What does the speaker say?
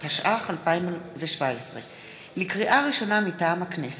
התשע"ח 2017. לקריאה ראשונה, מטעם הכנסת: